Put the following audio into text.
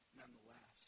nonetheless